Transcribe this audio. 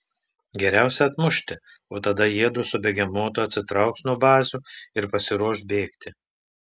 geriausia atmušti o tada jiedu su begemotu atsitrauks nuo bazių ir pasiruoš bėgti